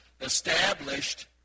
established